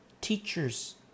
teachers